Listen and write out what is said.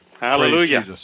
Hallelujah